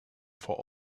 for